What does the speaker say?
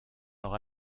noch